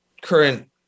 current